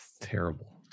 Terrible